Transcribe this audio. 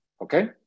Okay